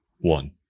one